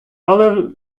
але